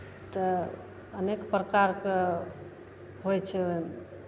तऽ अनेक प्रकारके होइ छै ओहिमे